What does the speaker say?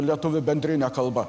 lietuvių bendrine kalba